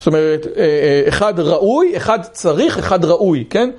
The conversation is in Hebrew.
זאת אומרת, אה... אחד ראוי, אחד צריך, אחד ראוי, כן?